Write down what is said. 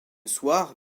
soir